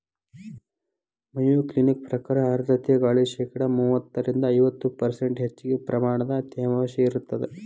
Mayo Clinic ಪ್ರಕಾರ ಆರ್ಧ್ರತೆ ಗಾಳಿ ಶೇಕಡಾ ಮೂವತ್ತರಿಂದ ಐವತ್ತು ಪರ್ಷ್ಂಟ್ ಹೆಚ್ಚಗಿ ಪ್ರಮಾಣದ ತೇವಾಂಶ ಇರತ್ತದ